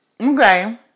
Okay